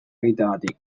egiteagatik